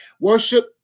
Worship